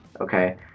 Okay